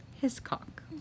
Hiscock